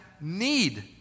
need